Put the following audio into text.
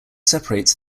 separates